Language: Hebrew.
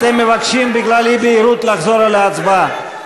אתם מבקשים בגלל אי-בהירות לחזור על ההצבעה.